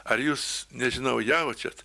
ar jūs nežinau jaučiat